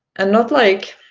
and not like,